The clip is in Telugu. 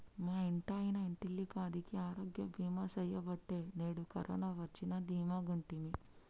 మా ఇంటాయన ఇంటిల్లపాదికి ఆరోగ్య బీమా సెయ్యబట్టే నేడు కరోన వచ్చినా దీమాగుంటిమి